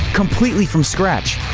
completely from scratch?